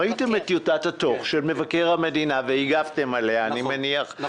ראיתם את טיוטתו של מבקר המדינה והגבתם עליה אני מניח -- נכון,